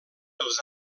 els